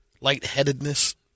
lightheadedness